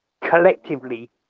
collectively